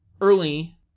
early